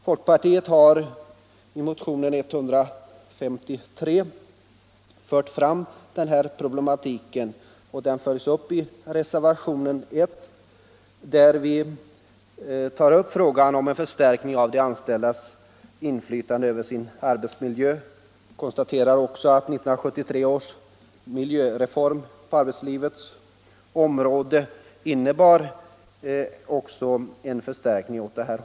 Folkpartiet har i motionen 153 fört fram den här problematiken. Motionen följs upp i reservationen 1 av herr Romanus, som tar upp frågan om en förstärkning av de anställdas inflytande över sin arbetsmiljö och konstaterar att 1973 års miljöreform på arbetslivets område innebar ett steg åt det hållet.